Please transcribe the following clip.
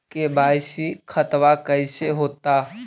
KYC खतबा कैसे होता?